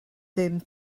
ddim